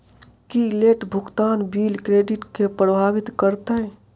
की late भुगतान bill credit केँ प्रभावित करतै?